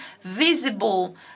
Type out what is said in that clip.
visible